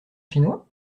chinois